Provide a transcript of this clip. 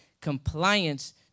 compliance